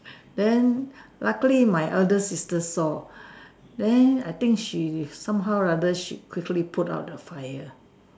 then luckily my elder sister saw then I think she is somehow or other she quickly put out the fire